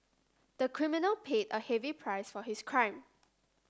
the criminal paid a heavy price for his crime